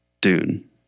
Dune